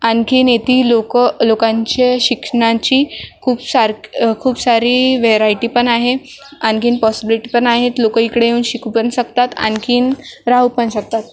आणखी इथे लोकं लोकांच्या शिक्षणाची खूप सार खूप सारी व्हेरायटी पण आहे आणखी पॉसब्लिटी पण आहेत लोकं इकडे येऊन शिकू पण शकतात आणखी राहू पण शकतात